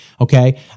okay